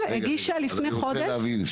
אני רוצה להבין.